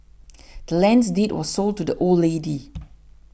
the land's deed was sold to the old lady